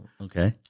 Okay